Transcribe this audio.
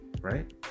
right